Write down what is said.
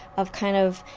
of kind of.